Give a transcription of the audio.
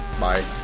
Bye